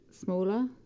Smaller